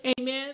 Amen